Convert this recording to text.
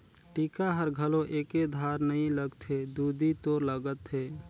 टीका हर घलो एके धार नइ लगथे दुदि तोर लगत हे